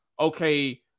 okay